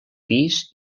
pis